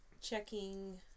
checking